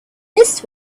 this